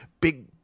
big